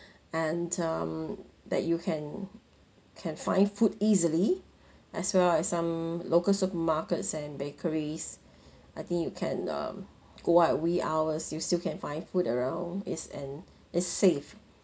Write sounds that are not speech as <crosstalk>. <breath> and um that you can can find food easily as well as some local supermarkets and bakeries I think you can um go out wee hours you still can find food around is an is safe